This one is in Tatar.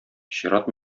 чират